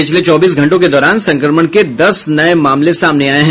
पिछले चौबीस घंटों के दौरान संक्रमण के दस नये मामले सामने आये हैं